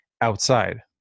outside